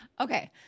Okay